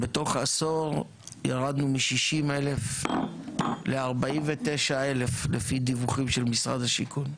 בתוך עשור ירדנו מ-60,000 ל-49,000 לפי דיווחים של משרד השיכון.